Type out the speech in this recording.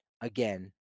again